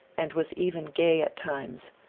and was even gay at times,